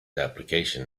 application